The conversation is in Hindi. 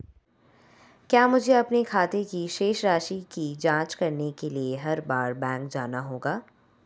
क्या मुझे अपने खाते की शेष राशि की जांच करने के लिए हर बार बैंक जाना होगा?